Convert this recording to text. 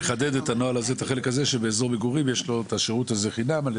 לחדד את הנוהל שבאזור מגורים יש את השירות החינמי.